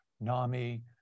NAMI